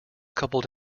coupled